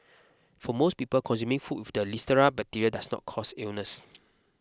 for most people consuming food with the listeria bacteria does not cause illness